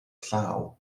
llaw